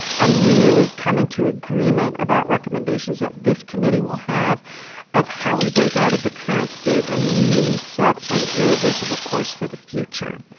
and really, coming to agreement about recommendations that this committee will have of how we break out of the current state and really set an irreversible course for the future.